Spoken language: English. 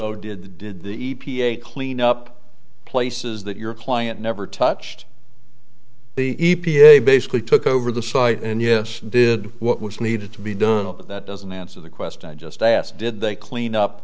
this did did the e p a clean up places that your client never touched the e p a basically took over the site and yes did what was needed to be done but that doesn't answer the question i just asked did they clean up